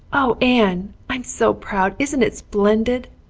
oh, anne i'm so proud! isn't it splendid?